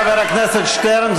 חבר הכנסת שטרן,